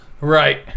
Right